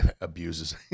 abuses